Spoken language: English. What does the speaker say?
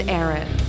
Aaron